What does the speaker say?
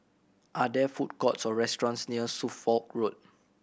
are there food courts or restaurants near Suffolk Road